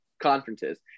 conferences